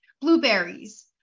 Blueberries